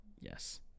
yes